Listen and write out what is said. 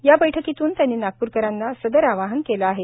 या बैठकीतून त्यांनी नागप्रकरांना सदर आवाहन केले आहे